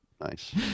Nice